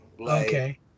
Okay